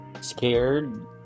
scared